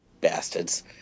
bastards